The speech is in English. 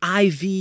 IV